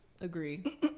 agree